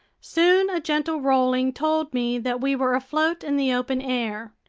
soon a gentle rolling told me that we were afloat in the open air.